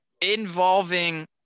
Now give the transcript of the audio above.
involving